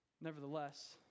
Nevertheless